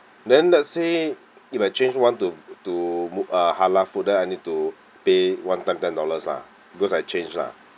then let's say if I change one to to uh halal food then I need to pay one time ten dollars lah because I change lah